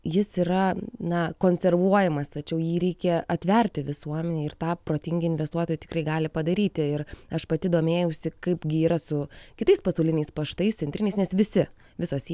jis yra na konservuojamas tačiau jį reikia atverti visuomenei ir tą protingi investuotojai tikrai gali padaryti ir aš pati domėjausi kaip gi yra su kitais pasauliniais paštais centriniais nes visi visos